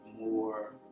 more